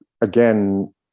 again